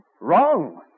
Wrong